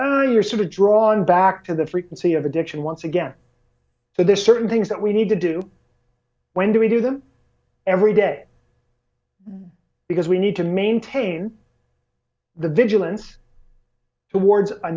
you're sort of drawn back to the frequency of addiction once again so there are certain things that we need to do when do we do them every day because we need to maintain the vigilance towards a